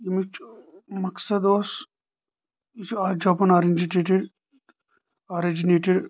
ییٚمچ مقصد اوس یہِ چھُ اکھ جاپان آرجنیٹٹ آرجنیٹڈ